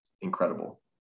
incredible